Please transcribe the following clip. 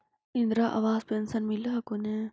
इन्द्रा आवास पेन्शन मिल हको ने?